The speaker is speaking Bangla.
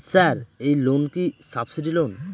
স্যার এই লোন কি সাবসিডি লোন?